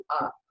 up